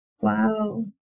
Wow